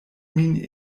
min